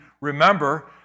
remember